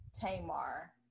Tamar